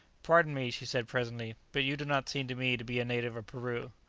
pardon me, she said presently but you do not seem to me to be a native of peru?